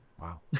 Wow